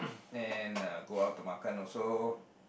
and uh go out to makan also